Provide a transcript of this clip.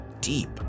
deep